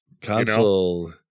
Console